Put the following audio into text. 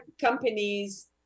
companies